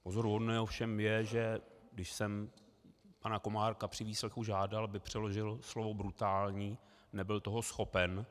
Pozoruhodné ovšem je, že když jsem pana Komárka při výslechu žádal, aby přeložil slovo brutální, nebyl toho schopen.